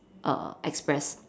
err express